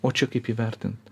o čia kaip įvertint